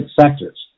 sectors